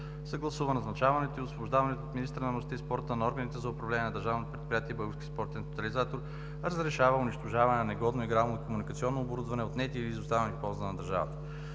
съгласува назначаването и освобождаването от министъра на младежта и спорта на органите за управление на Държавното предприятие „Български спортен тотализатор“; разрешава унищожаване на негодното игрално и комуникационно оборудване, отнети или изоставени в полза на държавата.